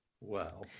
Wow